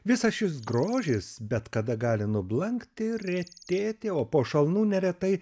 visas šis grožis bet kada gali nublankti retėti o po šalnų neretai